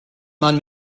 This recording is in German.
man